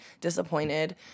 disappointed